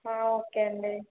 okay అండీ